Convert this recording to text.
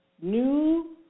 new